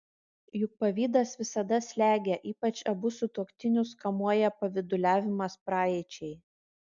juk pavydas visada slegia ypač abu sutuoktinius kamuoja pavyduliavimas praeičiai